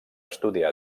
estudiar